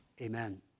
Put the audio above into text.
amen